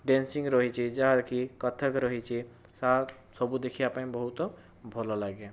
dashing ରହିଛି ଯାହାକି କଥା ରହିଛି ଆଉ ସବୁ ଦେଖିବାପାଇଁ ଭଲଲାଗେ